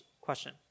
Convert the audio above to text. question